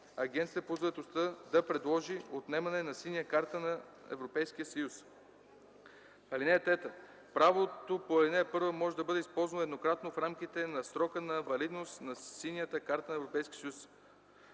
Агенцията по заетостта да предложи отнемане на синя карта на ЕС. (3) Правото по ал. 1 може да бъде ползвано еднократно в рамките на срока на валидност на синята карта на ЕС.